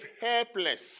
helpless